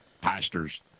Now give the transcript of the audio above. pastors